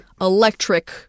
electric